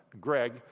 Greg